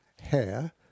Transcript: hair